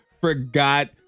forgot